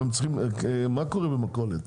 מה כבר קונים במכולת,